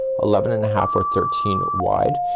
eleven and a half or thirteen wide.